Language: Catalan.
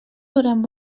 durant